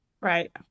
Right